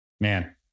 Man